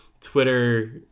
Twitter